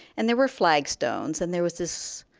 and there were flagstones. and there was this